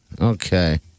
Okay